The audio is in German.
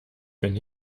bin